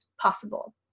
possible